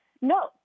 no